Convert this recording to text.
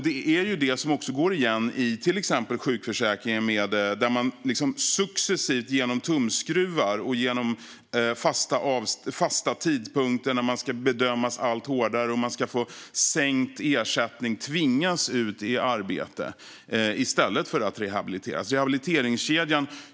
Detta går också igen i exempelvis sjukförsäkringen, där man successivt - genom tumskruvar och genom fasta tidpunkter där man ska bedömas allt hårdare och få sänkt ersättning - tvingas ut i arbete i stället för att rehabiliteras.